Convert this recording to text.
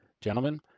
Gentlemen